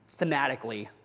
thematically